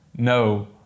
No